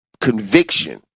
conviction